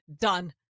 Done